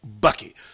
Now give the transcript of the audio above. Bucky